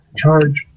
charge